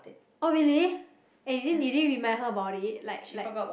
oh really and you didn't you didn't remind her about it like like